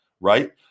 right